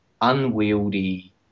unwieldy